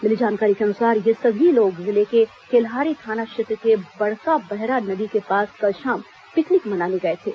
मिली जानकारी के अनुसार ये सभी लोग जिले के केल्हारी थाना क्षेत्र के बड़काबहरा नदी के पास कल शाम पिकनिक मनाने गए थे